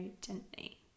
Gently